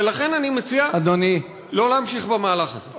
ולכן אני מציע לא להמשיך במהלך הזה.